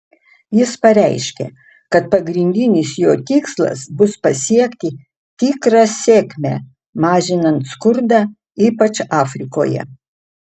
jis pareiškė kad pagrindinis jo tikslas bus pasiekti tikrą sėkmę mažinant skurdą ypač afrikoje